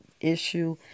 issue